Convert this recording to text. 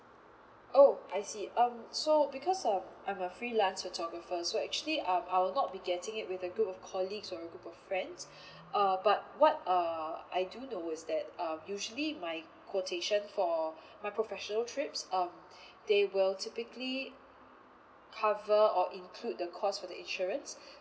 oh I see um so because um I'm a freelance photographer so actually um I'll not be getting it with a group of colleagues or a group of friends uh but what uh I do know is that uh usually my quotation for my professional trips um they will typically cover or include the cost for the insurance